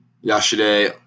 Yesterday